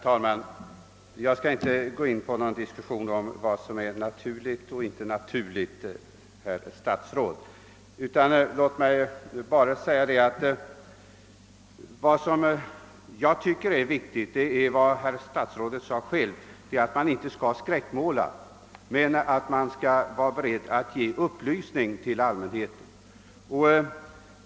Herr talman! Jag skall inte gå in på någon diskussion om vad som är naturligt och vad som inte är naturligt, herr statsråd. Låt mig bara förklara att vad som enligt min mening är viktigt är att man — som herr statsrådet själv sade — inte skall skräckmåla men väl vara beredd att ge upplysning till allmänheten.